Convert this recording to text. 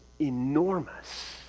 enormous